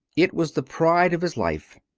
it was the pride of his life.